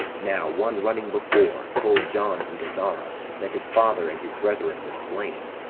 now one running before, told john in gazara, that his father and his brethren were slain,